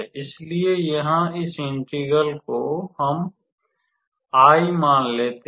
इसलिए यहां इस इंटेग्रल को हम I मान लेते हैं